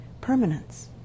permanence